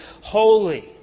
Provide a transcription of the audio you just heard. holy